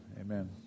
amen